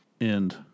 end